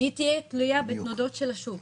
שהיא תהיה תלויה בתנודות של השוק.